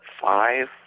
five